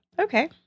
Okay